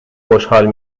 خوشحال